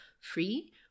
free